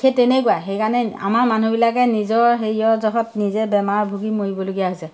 সেই তেনেকুৱা সেইকাৰণে আমাৰ মানুহবিলাকে নিজৰ হেৰিয়ৰ জহত নিজে বেমাৰত ভূগি মৰিবলগীয়া হৈছে